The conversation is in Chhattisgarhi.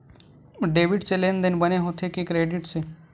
डेबिट से लेनदेन बने होथे कि क्रेडिट से?